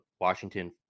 Washington